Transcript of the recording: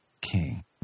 king